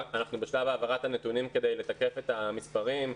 אנחנו בשלב העברת הנתונים כדי לתקף את המספרים.